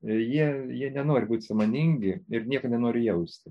jie jie nenori būti sąmoningi ir nieko nenori jausti